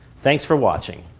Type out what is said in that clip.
thanks for watching.